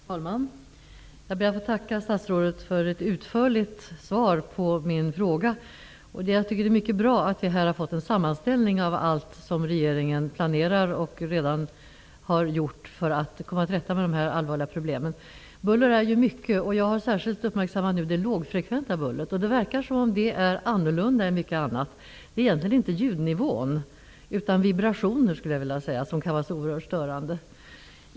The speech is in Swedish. Herr talman! Jag ber att få tacka statsrådet för ett utförligt svar på min fråga. Det är mycket bra att vi här har fått en sammanställning av allt som regeringen planerar att göra och redan har gjort för att komma till rätta med dessa allvarliga problem. Buller är ju mycket, och jag har nu särskilt uppmärksammat det lågfrekventa bullret. Det verkar som om det är annorlunda än mycket annat. Det är egentligen inte ljudnivån utan vibrationerna som kan vara så oerhört störande.